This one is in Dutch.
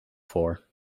voor